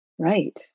right